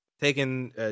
taking